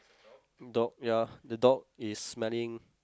dog ya the dog is smelling